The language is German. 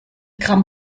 gramm